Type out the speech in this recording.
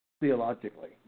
theologically